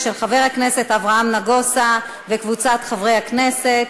של חבר הכנסת אברהם נגוסה וקבוצת חברי הכנסת.